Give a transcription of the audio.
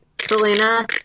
Selena